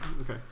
Okay